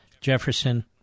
Jefferson